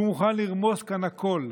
הוא מוכן לרמוס כאן הכול,